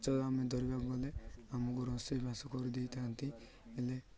ମାଛ ଆମେ ଧରିବାକୁ ଗଲେ ଆମକୁ ରୋଷେଇବାସ କରିଦେଇଥାନ୍ତି ହେଲେ